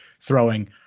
throwing